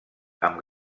amb